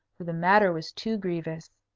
for the matter was too grievous.